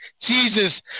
Jesus